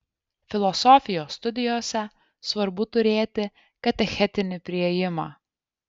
filosofijos studijose svarbu turėti katechetinį priėjimą